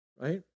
right